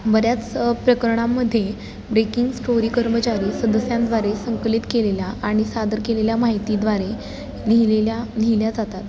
बऱ्याच प्रकरणामध्ये breaking story कर्मचारी सदस्यांद्वारे संकलित केलेल्या आणि सादर केलेल्या माहितीद्वारे लिहिलेल्या लिहिल्या जातात